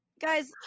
guys